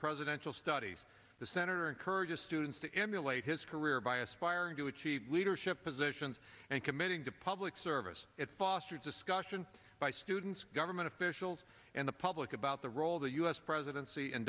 presidential studies the center encourages students to emulate his career by aspiring to achieve leadership positions and committing to public service it fostered discussion by students government officials and the public about the role of the us presidency and